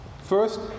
first